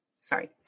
Sorry